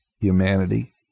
humanity